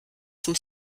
zum